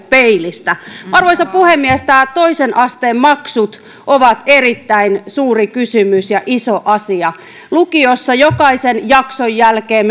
peilistä arvoisa puhemies nämä toisen asteen maksut ovat erittäin suuri kysymys ja iso asia lukiossa jokaisen jakson jälkeen